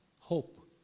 Hope